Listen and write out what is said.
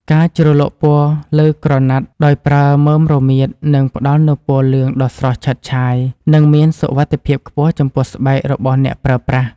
ការជ្រលក់ពណ៌លើក្រណាត់ដោយប្រើមើមរមៀតនឹងផ្ដល់នូវពណ៌លឿងដ៏ស្រស់ឆើតឆាយ និង មានសុវត្ថិភាពខ្ពស់ចំពោះស្បែករបស់អ្នកប្រើប្រាស់។